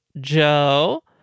Joe